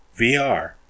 VR